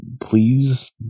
please